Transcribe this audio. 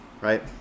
right